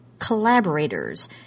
Collaborators